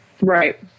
Right